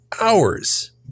hours